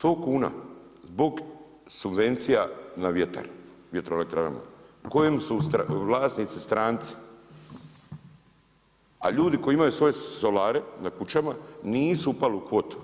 100 kuna zbog subvencija na vjetar, vjertroelektranama, kojem su vlasnici stranci a ljudi koji imaju svoje solare, na kućama nisu upali u kvotu